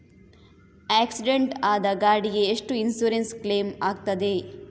Accident ಆದ ಗಾಡಿಗೆ ಎಷ್ಟು ಇನ್ಸೂರೆನ್ಸ್ ಕ್ಲೇಮ್ ಆಗ್ತದೆ?